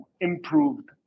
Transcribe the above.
improved